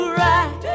right